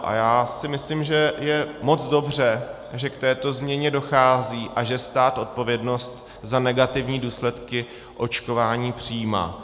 A já si myslím, že je moc dobře, že k této změně dochází a že stát odpovědnost za negativní důsledky očkování přijímá.